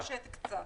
תודה.